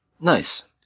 Nice